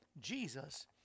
Jesus